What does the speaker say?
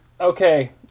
okay